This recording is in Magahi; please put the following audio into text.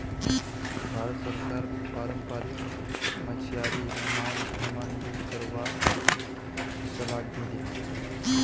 भारत सरकार पारम्परिक मछियारी नाउर इस्तमाल नी करवार सलाह दी ले